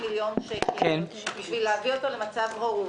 מיליון שקל בשביל להביא אותו למצב ראוי.